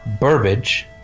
Burbage